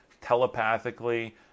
telepathically